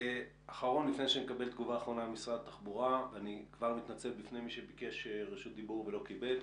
אני כבר מתנצל בפני מי שביקש רשות דיבור ולא קיבל.